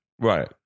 Right